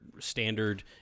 standard